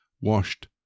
washed